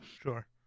sure